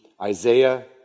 Isaiah